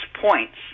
points